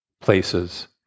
places